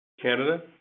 Canada